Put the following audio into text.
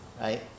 right